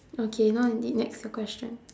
okay now we need next your question